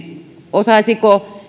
osaisivatko